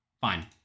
Fine